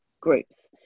groups